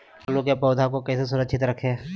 आलू के पौधा को कैसे सुरक्षित रखें?